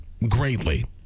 greatly